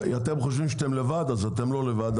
אם אתם חושבים שאתם לבד אז אתם לא לבד.